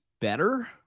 better